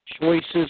choices